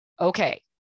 Okay